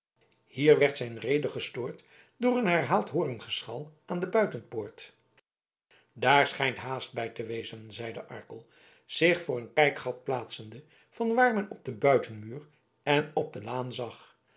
hier werd zijn rede gestoord door een herhaald hoorngeschal aan de buitenpoort daar schijnt haast bij te wezen zeide arkel zich voor een kijkgat plaatsende vanwaar men op den buitenmuur en op de laan zag